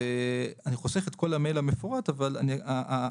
אני חוסך את כל המייל המפורט אבל השורה